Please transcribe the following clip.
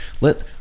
let